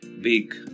big